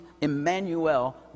...Emmanuel